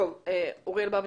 אוריאל בבצ'יק,